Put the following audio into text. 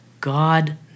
God